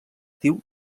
diu